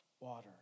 water